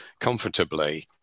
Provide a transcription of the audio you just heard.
comfortably